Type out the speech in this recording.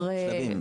שלבים.